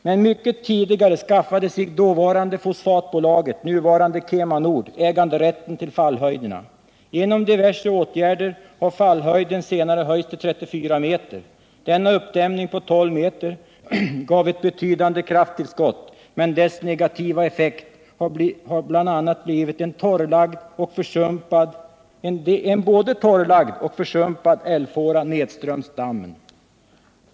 Men mycket tidigare skaffade sig dåvarande Fosfatbolaget äganderätten till fallhöjderna. Genom diverse åtgärder har fallhöjden senare höjts till 34 meter. Denna uppdämning på 12 meter gav ett betydande krafttillskott, men dess negativa effekt har bl.a. blivit en både torrlagd och försumpad älvfåra nedströms dammen.